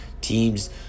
Teams